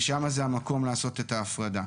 ושם זה המקום לעשות את הפרדה.